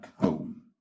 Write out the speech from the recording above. home